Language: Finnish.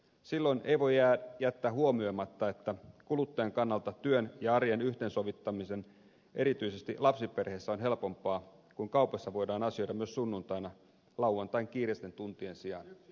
silloin ei voi jättää huomioimatta että kuluttajan kannalta työn ja arjen yhteensovittaminen erityisesti lapsiperheissä on helpompaa kun kaupassa voidaan asioida myös sunnuntaina lauantain kiireisten tuntien sijaan